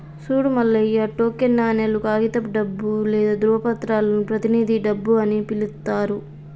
సూడు మల్లయ్య టోకెన్ నాణేలు, కాగితపు డబ్బు లేదా ధ్రువపత్రాలను ప్రతినిధి డబ్బు అని పిలుత్తారు